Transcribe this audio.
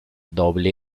doble